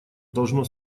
должно